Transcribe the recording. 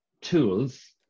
tools